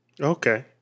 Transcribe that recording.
Okay